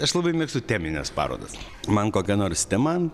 aš labai mėgstu temines parodas man kokia nors tema